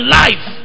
life